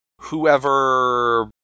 whoever